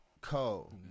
Cole